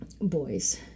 boys